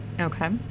Okay